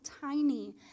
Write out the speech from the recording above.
tiny